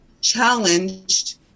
challenged